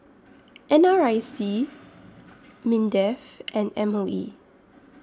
N R I C Mindef and M O E